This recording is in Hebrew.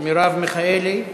מרב מיכאלי.